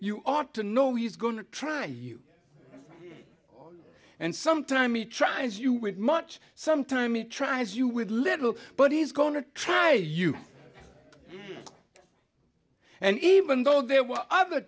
ou ought to know he's going to try you and sometimes he tries you with much sometimes he tries you with little but he's going to try you and even though there were other